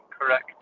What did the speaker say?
correct